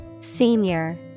Senior